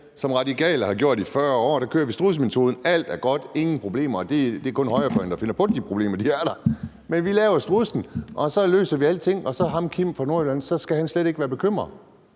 Som Radikale har gjort i 40 år, kører vi strudsemetoden, og alt er godt, og der er ingen problemer. Det er kun højrefløjen, der finder på, at de problemer er der. Men vi laver strudsen, og så løser vi alting, og så skal ham Kim fra Nordjylland slet ikke være bekymret.